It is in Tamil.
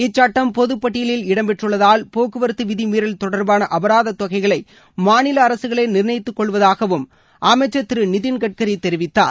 இச்சுட்டம் பொது பட்டியலில் இடம்பெற்றுள்ளதால் போக்குவரத்து விதி மீறல் தொடர்பாள அபராததொகைகளை மாநில அரசுகளே நிர்ணயித்து கொள்வதாகவும் அமைச்சர் திரு நிதின் கட்கரி தெரிவித்தார்